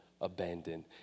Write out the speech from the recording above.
abandoned